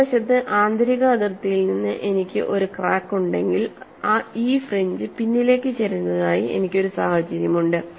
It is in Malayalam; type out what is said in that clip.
മറുവശത്ത് ആന്തരിക അതിർത്തിയിൽ നിന്ന് എനിക്ക് ഒരു ക്രാക്ക് ഉണ്ടെങ്കിൽ ഈ ഫ്രിഞ്ച് പിന്നിലേക്ക് ചരിഞ്ഞതായി എനിക്ക് ഒരു സാഹചര്യമുണ്ട്